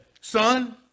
son